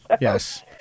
Yes